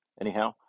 anyhow